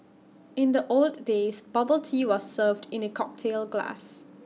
in the old days bubble tea was served in A cocktail glass